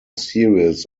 series